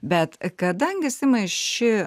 bet kadangi simai ši